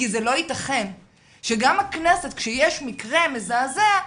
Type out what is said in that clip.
כי זה לא יתכן שגם הכנסת כשיש מקרה מזעזע,